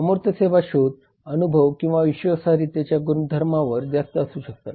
अमूर्त सेवा शोध अनुभव किंवा विश्वासार्हतेच्या गुणधर्मांवर जास्त असू शकतात